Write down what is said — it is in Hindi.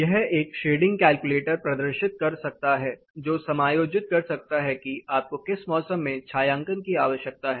यह एक शेडिंग कैलकुलेटर प्रदर्शित कर सकता है जो समायोजित कर सकता हैं कि आपको किस मौसम में छायांकन की आवश्यकता है